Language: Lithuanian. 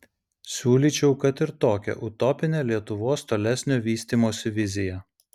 siūlyčiau kad ir tokią utopinę lietuvos tolesnio vystymosi viziją